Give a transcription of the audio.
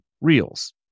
Reels